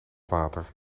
water